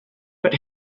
but